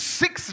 six